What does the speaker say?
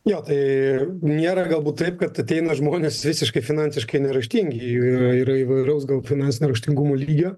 jo tai nėra galbūt taip kad ateina žmonės visiškai finansiškai neraštingi jų yra ir įvairaus gal finansinio raštingumo lygio